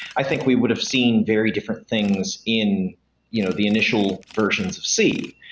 i think we would've seen very different things in you know the initial versions of c.